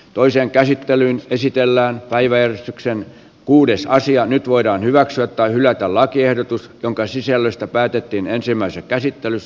toisen käsittelyn esitellään vai veistoksia kuudes naisia nyt voidaan hyväksyä tai hylätä lakiehdotus jonka sisällöstä päätettiin ensimmäisessä käsittelyssä